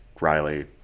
Riley